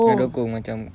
dia dukung macam